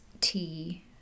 tea